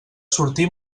sortir